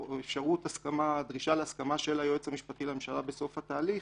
אפשרות הסכמה או דרישה להסכמה של היועץ המשפטי לממשלה בסוף התהליך,